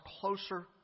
closer